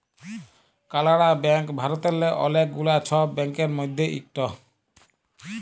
কালাড়া ব্যাংক ভারতেল্লে অলেক গুলা ছব ব্যাংকের মধ্যে ইকট